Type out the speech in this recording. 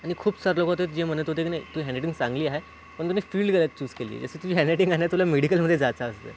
आणि खूप सर लोकं होते जे म्हणत होते की नाही तुझं हॅणरायटिंग चांगली आहे पण तुम्ही स्पीडली लिहाय चूस केली आहे तर तुझी हँडराईटिंग आहे ना तुला मेडिकलमध्ये जायचा असतं